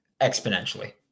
Exponentially